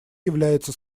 является